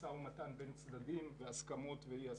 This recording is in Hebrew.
משא ומתן בין צדדים והסכמות ואי הסכמות.